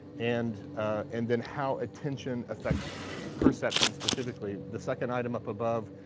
and and then how attention affects perception. specifically, the second item up above,